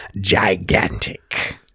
gigantic